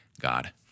God